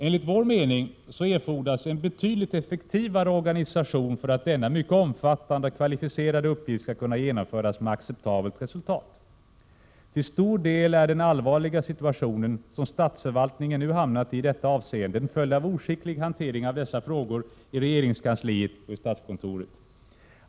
Enligt vår mening erfordras en betydligt effektivare organisation för att denna mycket omfattande och kvalificerade uppgift skall kunna genomföras med acceptabelt resultat. Till stor del är den allvarliga situationen, som statsförvaltningen i detta avseende nu hamnat i, en följd av oskicklig hantering av dessa frågor i regeringskansliet och på statskontoret.